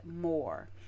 more